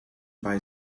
buy